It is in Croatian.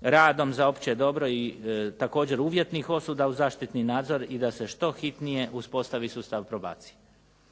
radom za opće dobro i također uvjetnih osuda u zaštitni nadzor i da se što hitnije uspostavi sustav probacije.